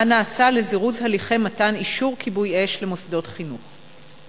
מה נעשה לזירוז הליכי מתן אישור כיבוי אש למוסדות חינוך?